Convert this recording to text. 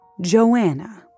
Joanna